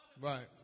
Right